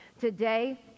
today